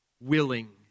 Willing